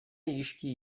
ještě